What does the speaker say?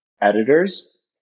editors